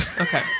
Okay